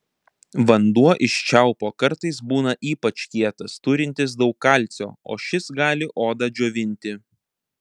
vanduo iš čiaupo kartais būna ypač kietas turintis daug kalcio o šis gali odą džiovinti